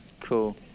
Cool